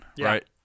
right